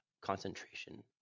concentration